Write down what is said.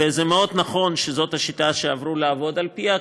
וזה נכון מאוד שזו השיטה שעברו לעבוד על-פיה,